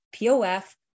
POF